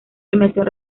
premiación